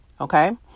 okay